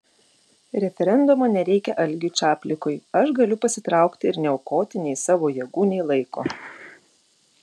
referendumo nereikia algiui čaplikui aš galiu pasitraukti ir neaukoti nei savo jėgų nei laiko